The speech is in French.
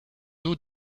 d’eau